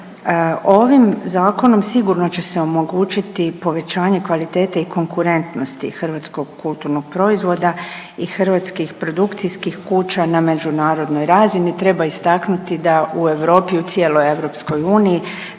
Ovim zakonom sigurno će se omogućiti povećanje kvalitete i konkurentnosti hrvatskog kulturnog proizvoda i hrvatskih produkcijskih kuća na međunarodnoj razini. Treba istaknuti da u Europi, u cijeloj EU većinski